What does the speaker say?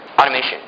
Automation